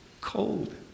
cold